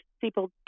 people